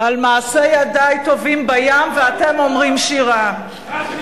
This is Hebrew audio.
מעשה ידי טובעים בים ואתם אומרים שירה.